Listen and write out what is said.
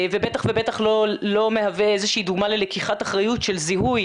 ובטח ובטח לא מהווה איזו שהיא דוגמה ללקיחת אחריות של זיהוי